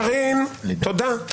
קארין, תודה.